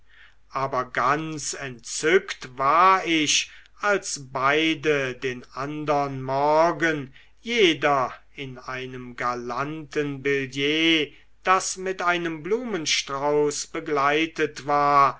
aber ganz entzückt war ich als beide den andern morgen jeder in einem galanten billett das mit einem blumenstrauß begleitet war